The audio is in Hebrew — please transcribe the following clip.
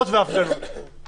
הגענו ל-8%.